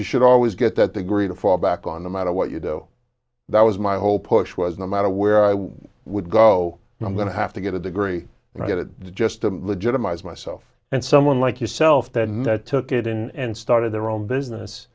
you should always get that degree to fall back on no matter what you do that was my whole push was no matter where i would go i'm going to have to get a degree and get it just a legitimate as myself and someone like yourself that met took it and started their own business